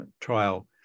trial